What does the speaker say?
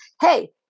Hey